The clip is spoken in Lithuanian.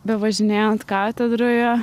bevažinėjant katedroje